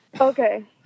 Okay